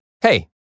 Hey